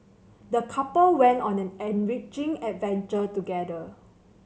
the couple went on an enriching adventure together